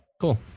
Cool